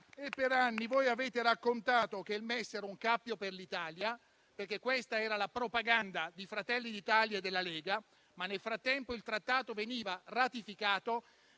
Per anni avete raccontato che il MES era un cappio per l'Italia - questa era la propaganda di Fratelli d'Italia e della Lega - ma nel frattempo il Trattato veniva ratificato